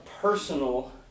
personal